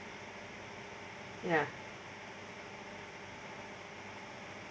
ya